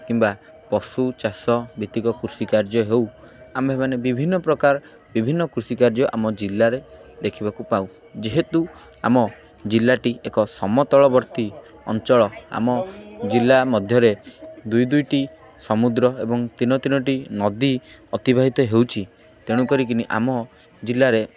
କିମ୍ବା ପଶୁ ଚାଷ ଭିତ୍ତିକ କୃଷିକାର୍ଯ୍ୟ ହେଉ ଆମ୍ଭେ ମାନେ ବିଭିନ୍ନ ପ୍ରକାର ବିଭିନ୍ନ କୃଷିକାର୍ଯ୍ୟ ଆମ ଜିଲ୍ଲାରେ ଦେଖିବାକୁ ପାଉ ଯେହେତୁ ଆମ ଜିଲ୍ଲାଟି ଏକ ସମତଳବର୍ତ୍ତୀ ଅଞ୍ଚଳ ଆମ ଜିଲ୍ଲା ମଧ୍ୟରେ ଦୁଇ ଦୁଇଟି ସମୁଦ୍ର ଏବଂ ତିନି ତିନୋଟି ନଦୀ ଅତିବାହିତ ହେଉଛି ତେଣୁ କରିକିନି ଆମ ଜିଲ୍ଲାରେ